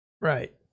Right